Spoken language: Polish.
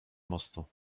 mostu